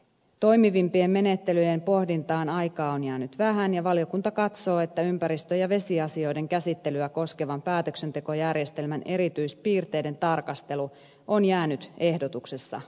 toimivimpien menettelyjen pohdintaan aikaa on jäänyt vähän ja valiokunta katsoo että ympäristö ja vesiasioiden käsittelyä koskevan päätöksentekojärjestelmän erityispiirteiden tarkastelu on jäänyt ehdotuksessa puutteelliseksi